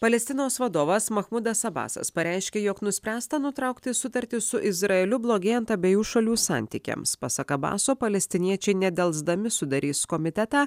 palestinos vadovas machmudas abbasas pareiškė jog nuspręsta nutraukti sutartį su izraeliu blogėjant abiejų šalių santykiams pasak abaso palestiniečiai nedelsdami sudarys komitetą